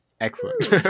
Excellent